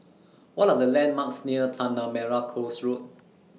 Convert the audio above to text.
What Are The landmarks near Tanah Merah Coast Road